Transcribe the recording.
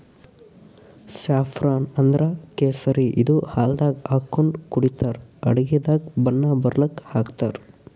saffron ಅಂದ್ರ ಕೇಸರಿ ಇದು ಹಾಲ್ದಾಗ್ ಹಾಕೊಂಡ್ ಕುಡಿತರ್ ಅಡಗಿದಾಗ್ ಬಣ್ಣ ಬರಲಕ್ಕ್ ಹಾಕ್ತಾರ್